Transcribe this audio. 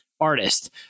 artist